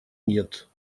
нет